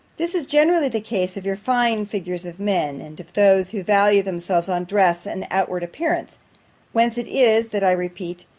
this is generally the case of your fine figures of men, and of those who value themselves on dress and outward appearance whence it is, that i repeat,